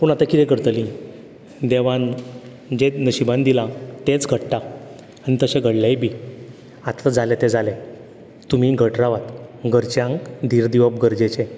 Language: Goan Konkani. पूण आतां किदें करतली देवान जें नशिबान दिलां तेंच घडटा आनी तशें घडलेंय बी आतां जालें तें जालें तुमी घट रावात घरच्यांक धीर दिवप गरजेचें